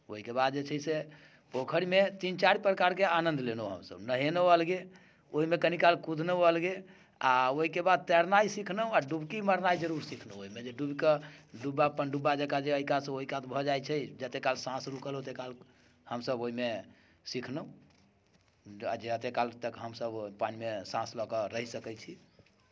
ओहिके बाद जे छै से पोखरिमे तीन चारि प्रकारके आनन्द लेलहुँ हमसभ नहेलहुँ अलगे ओहिमे कनिकाल कुदलहुँ अलगे आ ओहिके बाद तैरनाइ सिखलहुँ आ डुबकी मारनाइ जरूर सिखलहुँ ओहिमे जे डुबि कऽ डुब्बा पनडुब्बा जकाँ जे एहि कातसँ ओहि कात भऽ जाइत छै जते काल साँस रुकल ओते काल हमसभ ओहिमे सिखलहुँ जतेक काल तक हमसभ पानिमे साँस लऽ कऽ रहि सकैत छी